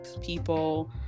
people